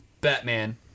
Batman